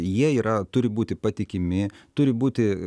jie yra turi būti patikimi turi būti